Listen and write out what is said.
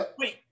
wait